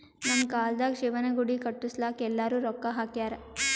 ನಮ್ ಕಾಲ್ದಾಗ ಶಿವನ ಗುಡಿ ಕಟುಸ್ಲಾಕ್ ಎಲ್ಲಾರೂ ರೊಕ್ಕಾ ಹಾಕ್ಯಾರ್